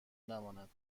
نماند